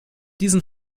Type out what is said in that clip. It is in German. diesen